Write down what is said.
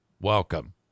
Welcome